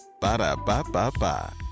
Ba-da-ba-ba-ba